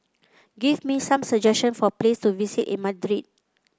give me some suggestion for places to visit in Madrid